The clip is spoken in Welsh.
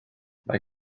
mae